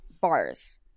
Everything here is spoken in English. bars